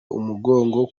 umugongo